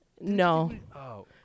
No